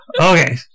Okay